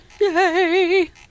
Yay